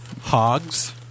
Hogs